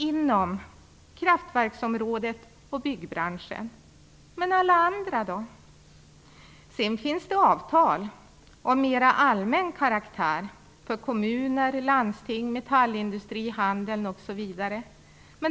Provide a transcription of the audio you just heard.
Hur är det då med alla andra? Det finns avtal av mera allmän karaktär för kommuner, landsting, metallindustri, handel osv.